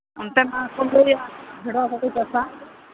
ᱚᱱᱛᱮᱱ ᱞᱟᱹᱭᱟ ᱵᱷᱮᱲᱣᱟ ᱠᱚᱠᱚ ᱪᱟᱥᱟ